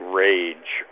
rage